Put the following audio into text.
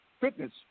fitness